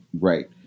right